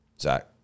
Zach